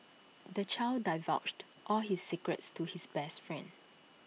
the child divulged all his secrets to his best friend